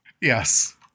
yes